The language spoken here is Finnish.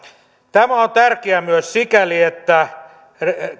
tämä on tärkeää myös sikäli että